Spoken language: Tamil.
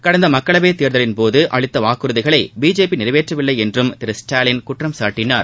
கடந்த மக்களவைத் தேர்தலின்போது அளித்த வாக்குறுதிகளை பிஜேபி நிறைவேற்றவில்லை என்றும் திரு ஸ்டாலின் குற்றம்சாட்டினார்